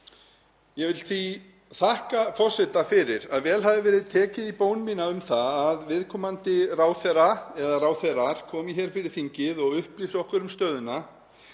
Ég vil því þakka forseta fyrir að vel hafi verið tekið í bón mína um að viðkomandi ráðherra eða ráðherrar komi fyrir þingið og upplýsi okkur um stöðuna,